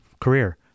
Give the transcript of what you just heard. career